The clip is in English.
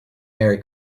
merry